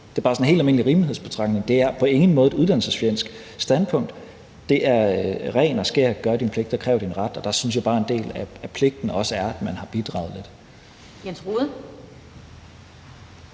Det er bare sådan en helt almindelig rimelighedsbetragtning. Det er på ingen måde et uddannelsesfjendsk standpunkt. Det er ren og skær: Gør din pligt, og kræv din ret. Og der synes jeg bare, at en del af pligten også er, at man har bidraget lidt. Kl.